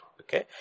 Okay